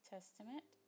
Testament